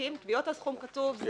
תביעות על סכום קצוב או שיקים.